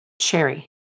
cherry